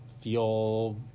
feel